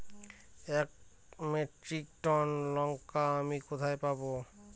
এক metric tonne লঙ্কা আমি কোথায় পাবো?